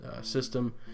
system